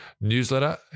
newsletter